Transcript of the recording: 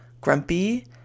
grumpy